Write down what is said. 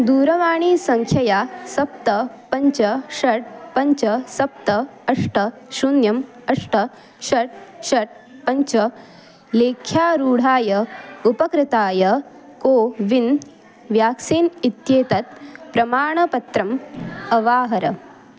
दूरवाणीसङ्ख्यया सप्त पञ्च षड् पञ्च सप्त अष्ट शून्यम् अष्ट षट् षट् पञ्च लेख्यारूढाय उपकृताय कोविन् व्याक्सीन् इत्येतत् प्रमाणपत्रम् अवाहर